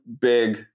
big